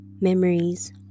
memories